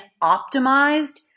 optimized